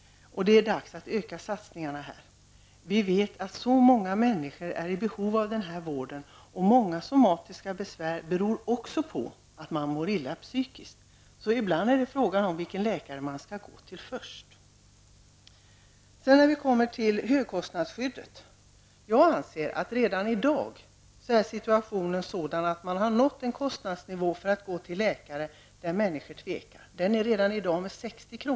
Vi vet att många människor är i behov av denna typ av vård. Det är också så att många somatiska besvär beror på att man mår illa psykiskt. Ibland är frågan vilken läkare man skall till först. När det gäller högkostnadsskyddet anser jag att situationen redan i dag är sådan att människor på grund av kostnadsnivån tvekar att gå till läkare. Så är det redan nu med en kostnad på 60 kr.